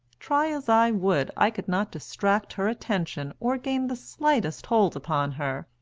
try as i would, i could not distract her attention or gain the slightest hold upon her,